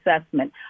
assessment